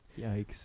Yikes